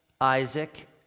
Isaac